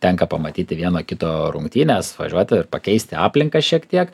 tenka pamatyti vieno kito rungtynes važiuoti ir pakeisti aplinką šiek tiek